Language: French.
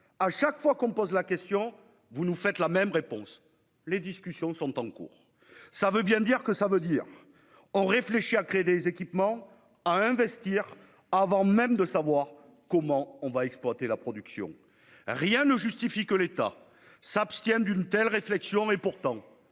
? Chaque fois que l'on pose la question, vous nous faites la même réponse, madame la ministre :« Les discussions sont en cours. » Cela veut bien dire que l'on réfléchit à créer des équipements, à investir, avant même de savoir comment on va exploiter la production. Rien ne justifie que l'État s'abstienne de mener une telle réflexion et, pourtant,